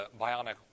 bionic